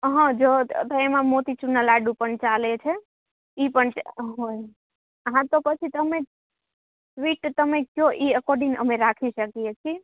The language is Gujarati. હ જો તો એમાં મોતીચૂરના લાડુ પણ ચાલે છે એ પણ હોય હા તો પછી તમે જ સ્વીટ તમે કયો એ અકોર્ડિંગ અમે રાખી શકીએ છીએ